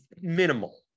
minimal